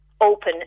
open